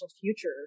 future